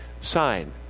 sign